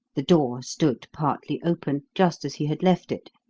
the door stood partly open, just as he had left it.